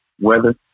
weather